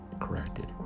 corrected